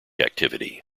activity